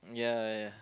ya ya